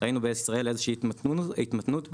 ראינו בארץ ישראל איזושהי התמתנות בעליה,